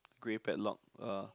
grey padlock uh